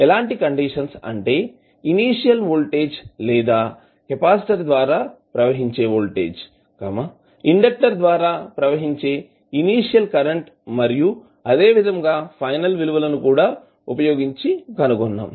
ఎలాంటి కండిషన్స్ అంటే initial voltage లేదా కెపాసిటర్ ద్వారా ప్రవహించే వోల్టేజ్ ఇండక్టర్ ద్వారా ప్రవహించే ఇనీషియల్ కరెంటు మరియు అదేవిధంగా ఫైనల్ విలువలను కూడా ఉపయోగించి కనుగొన్నాం